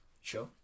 Sure